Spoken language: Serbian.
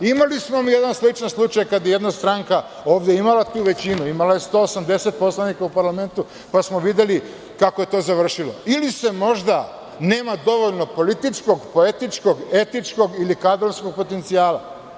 Imali smo mi jedan sličan slučaj kada je jedna stranka imala ovde tu većinu, imala je 180 poslanika u parlamentu, pa smo videli kako je to završilo – ili se nema dovoljnog političkog, poetičkog, etičkog ili kadrovskog potencijala.